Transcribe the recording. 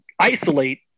isolate